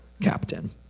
captain